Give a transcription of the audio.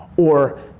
or